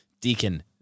Deacon